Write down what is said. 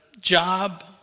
job